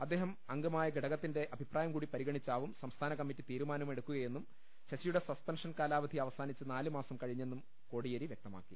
അദ്ദേഹം അംഗമായ ഘടകത്തിന്റെ അഭിപ്രായം കൂടി പരിഗണിച്ചാവും സംസ്ഥാനകമ്മറ്റി തീരുമാനമെടുക്കുകയെന്നും ശശിയുടെ സസ്പെൻഷൻ കാലാവധി അവസാനിച്ച് നാല് മാസം കഴിഞ്ഞെന്നും കോടിയേരി വൃക്തമാക്കി